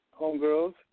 homegirls